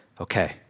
Okay